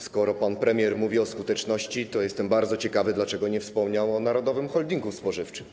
Skoro pan premier mówi o skuteczności, to jestem bardzo ciekawy, dlaczego nie wspomniał o narodowym holdingu spożywczym.